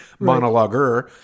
monologuer